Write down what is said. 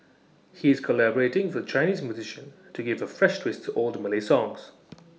he is collaborating with A Chinese musician to give A fresh twist to old Malay songs